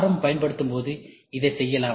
M பயன்படுத்தும்போது இதைச் செய்யலாம்